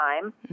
time